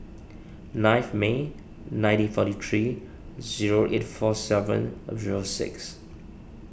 ninth May nineteen forty three zero eight four seven zero six